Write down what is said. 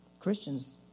Christians